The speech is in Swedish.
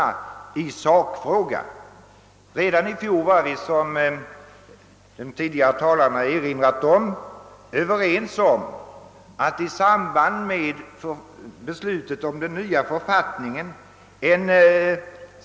Som tidigare talare erinrat om var vi redan i fjol överens om att en samlad översyn på detta område skulle göras i samband med beslutet om den nya författningen.